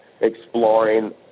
exploring